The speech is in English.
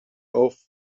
off